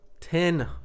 Ten